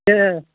అంటే